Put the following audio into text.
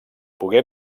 pogué